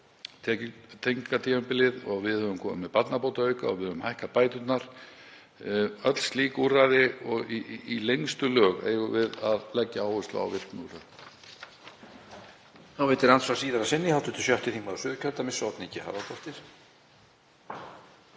tímabilið og við höfum komið með barnabótaauka og við höfum hækkað bæturnar og slík úrræði. Í lengstu lög eigum við að leggja áherslu á virkniúrræði.